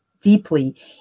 deeply